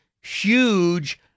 huge